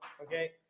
okay